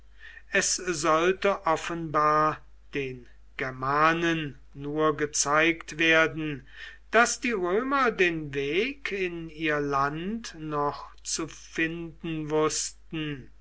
es sollte offenbar den germanen nur gezeigt werden daß die römer den weg in ihr land noch zu finden wußten